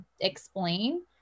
explain